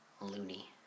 loony